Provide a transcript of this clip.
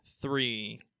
three